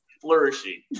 flourishing